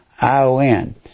I-O-N